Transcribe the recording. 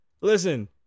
listen